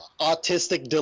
autistic